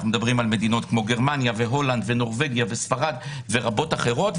אנחנו מדברים על מדינות כמו גרמניה והולנד ונורבגיה וספרד ורבות אחרות,